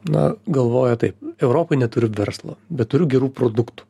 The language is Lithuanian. na galvoja taip europoj neturiu verslo bet turiu gerų produktų